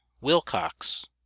Wilcox